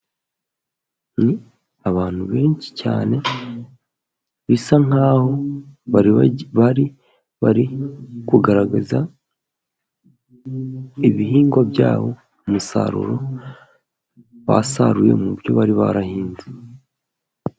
Ni abantu benshi cyane, bisa nkaho bari kugaragaza ibihingwa byabo, umusaruro basaruye mu byo bari barahinze.